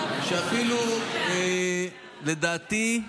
לדעתי,